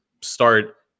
start